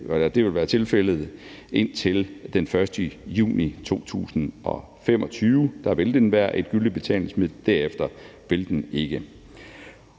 betalingsmiddel. Indtil den 1. juni 2025 vil den være et gyldigt betalingsmiddel, og derefter vil den ikke